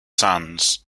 sons